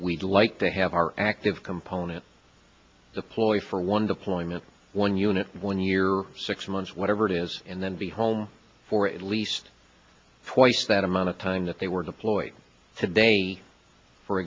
we'd like to have our active component deployed for one deployment one unit one year six months whatever it is and then be home for at least twice that amount of time that they were deployed today for